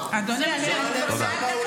אדוני --- תודה.